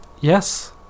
yes